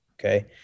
Okay